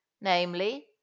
namely